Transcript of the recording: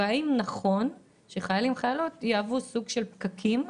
והאם נכון שחיילים יהוו סוג של "פקקים".